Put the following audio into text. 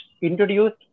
introduced